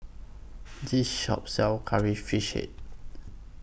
This Shop sells Curry Fish